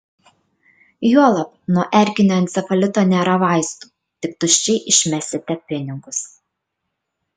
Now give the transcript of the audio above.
juolab nuo erkinio encefalito nėra vaistų tik tuščiai išmesite pinigus